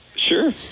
sure